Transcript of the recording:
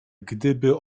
gdyby